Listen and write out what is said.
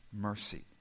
mercy